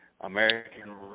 American